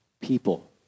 people